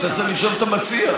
אתה צריך לשאול את המציע.